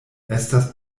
estas